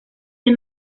del